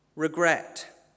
regret